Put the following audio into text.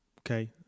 Okay